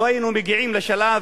לא היינו מגיעים, לצערי הרב, לשלב